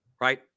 right